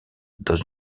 dans